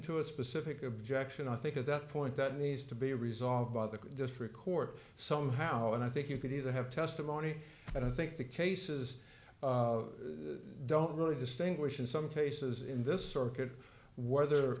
to a specific objection i think at that point that needs to be resolved by the district court somehow and i think you could either have testimony and i think the cases don't really distinguish in some cases in this circuit whether